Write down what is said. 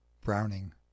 browning